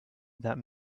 that